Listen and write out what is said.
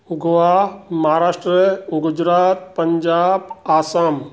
Goa Maharashtra Gujarat Punjab Assam